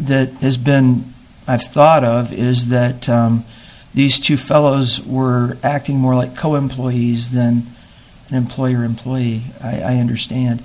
that has been i've thought of is that these two fellows were acting more like co employees than an employer employee i understand